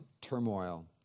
turmoil